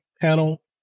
panel